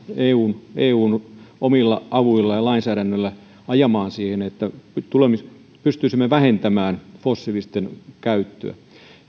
eun eun omilla avuilla ja lainsäädännöllä ajamaan siihen että pystyisimme vähentämään fossiilisten käyttöä